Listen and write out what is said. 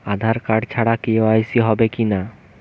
আধার card ছাড়া KYC হবে কিনা?